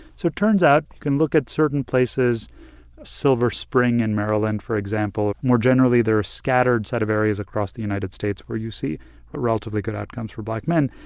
so it turns out you can look at certain places silver spring in maryland, for example. more generally, there are a scattered set of areas across the united states where you see relatively good outcomes for black men.